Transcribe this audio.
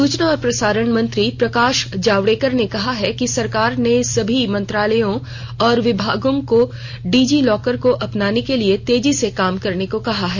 सूचना और प्रसारण मंत्री प्रकाश जावड़ेकर ने कहा है कि सरकार ने सभी मंत्रालयों और विभागों को डिजी लॉकर को अपनाने के लिए तेजी से काम करने को कहा है